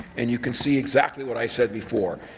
and you can see exactly what i said before.